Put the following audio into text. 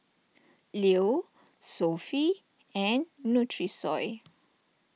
Leo Sofy and Nutrisoy